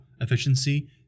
efficiency